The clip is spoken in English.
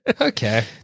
Okay